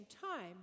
time